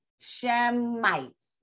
Shemites